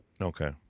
okay